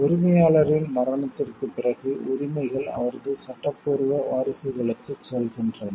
உரிமையாளரின் மரணத்திற்குப் பிறகு உரிமைகள் அவரது சட்டப்பூர்வ வாரிசுகளுக்குச் செல்கின்றன